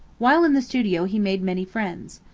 while in the studio he made many friends.